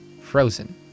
frozen